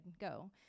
go